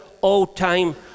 all-time